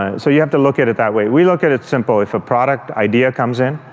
ah so you have to look at it that way. we look at it simple, if a product idea comes in,